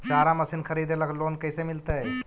चारा मशिन खरीदे ल लोन कैसे मिलतै?